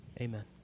Amen